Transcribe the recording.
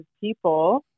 people